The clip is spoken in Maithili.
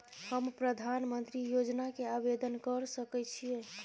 हम प्रधानमंत्री योजना के आवेदन कर सके छीये?